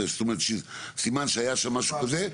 זאת אומרת סימן שהיה שם משהו כזה,